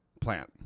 plant